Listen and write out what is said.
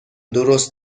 درست